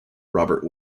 robert